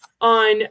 on